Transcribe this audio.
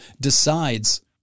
decides